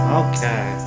okay